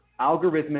Algorithmic